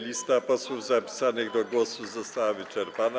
Lista posłów zapisanych do głosu została wyczerpana.